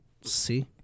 See